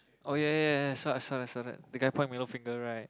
oh ya ya ya I saw that saw that saw that the guy point middle finger right